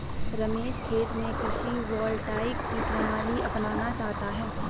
रमेश खेत में कृषि वोल्टेइक की प्रणाली अपनाना चाहता है